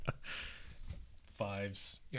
Fives